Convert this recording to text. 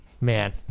man